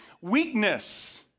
weakness